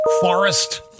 forest